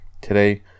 today